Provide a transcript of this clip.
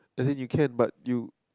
as in you can but you